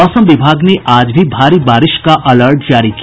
मौसम विभाग ने आज भी भारी बारिश का अलर्ट जारी किया